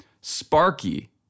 Sparky